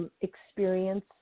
experience